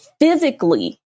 physically